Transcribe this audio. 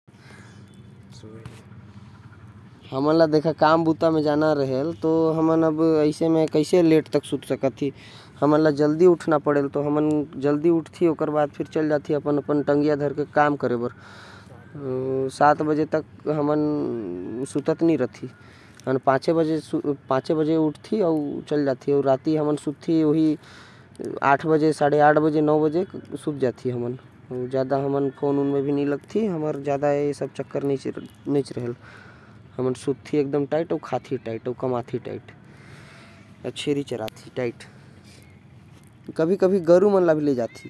हमन देखा काम बुता जाना रहेल एकर बर हमन सात बजे नही पांच बजे उठ जाथि। और टंगी ले काम ले निकल जाथि राति भी आठ साढ़े आठ या नौ बजे ले सो जाथि। हमन टाइट काम करथी टाइट खा थी टाइट कमाथी।